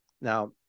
Now